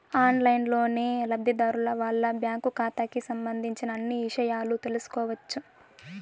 ఆన్లైన్లోనే లబ్ధిదారులు వాళ్ళ బ్యాంకు ఖాతాకి సంబంధించిన అన్ని ఇషయాలు తెలుసుకోవచ్చు